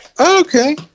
Okay